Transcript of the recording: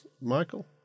Michael